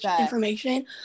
information